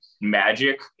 magic